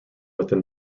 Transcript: within